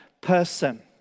person